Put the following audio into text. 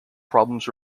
problems